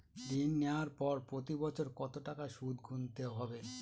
ঋণ নেওয়ার পরে প্রতি বছর কত টাকা সুদ গুনতে হবে?